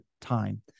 time